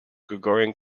gregorian